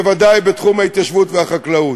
בוודאי בתחום ההתיישבות והחקלאות.